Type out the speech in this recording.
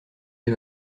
les